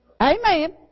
Amen